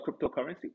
cryptocurrency